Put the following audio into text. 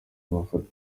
amafoto